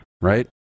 right